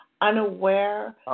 unaware